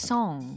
Song